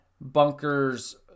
bunkers